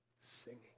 singing